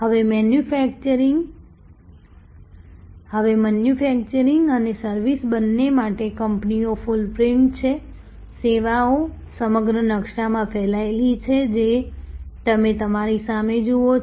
હવે મેન્યુફેક્ચરિંગ અને સર્વિસ બંને માટે કંપનીઓ ફૂટપ્રિન્ટ છે સેવાઓ સમગ્ર નકશામાં ફેલાયેલી છે જે તમે તમારી સામે જુઓ છો